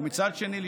ומצד שני,